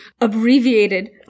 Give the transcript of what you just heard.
abbreviated